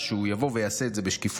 שהוא יבוא ויעשה את זה בשקיפות.